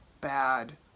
bad